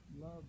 love